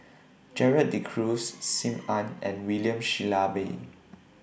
Gerald De Cruz SIM Ann and William Shellabear